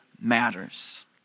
matters